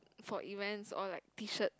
for events or like t-shirt